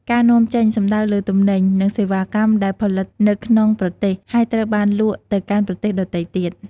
ការនាំចេញ សំដៅលើទំនិញ និងសេវាកម្មដែលផលិតនៅក្នុងប្រទេស ហើយត្រូវបានលក់ទៅកាន់ប្រទេសដទៃទៀត។